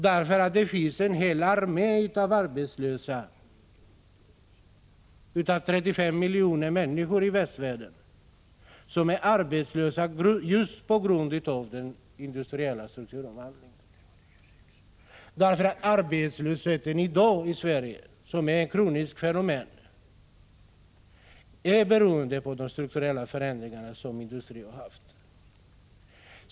Det finns nämligen en hel armé av arbetslösa, 35 miljoner människor i västvärlden, som är arbetslösa just på grund av den industriella strukturomvandlingen. Arbetslösheten i Sverige i dag, som är ett kroniskt fenomen, beror på de strukturella förändringarna inom industrin.